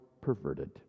perverted